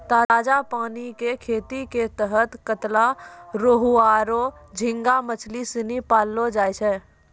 ताजा पानी कॅ खेती के तहत कतला, रोहूआरो झींगा मछली सिनी पाललौ जाय छै